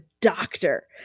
doctor